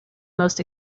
most